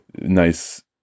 nice